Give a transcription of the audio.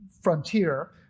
frontier